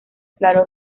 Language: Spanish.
claro